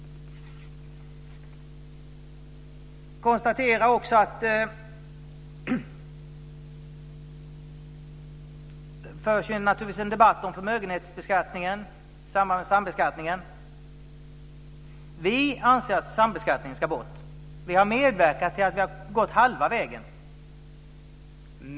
Jag konstaterar också att det förs en debatt om förmögenhetsbeskattningen i samband sambeskattningen. Vi anser att sambeskattningen ska bort. Vi har medverkat till att vi har gått halva vägen.